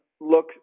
look